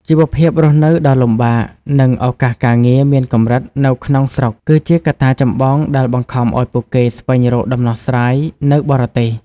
ជីវភាពរស់នៅដ៏លំបាក និងឱកាសការងារមានកម្រិតនៅក្នុងស្រុក គឺជាកត្តាចម្បងដែលបង្ខំឱ្យពួកគេស្វែងរកដំណោះស្រាយនៅបរទេស។